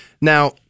Now